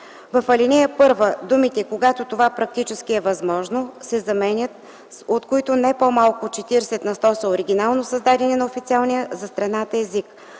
В ал. 1 думите „когато това практически е възможно” се заменят с „от които не по-малко от 40 на сто са оригинално създадени на официалния за страната език”.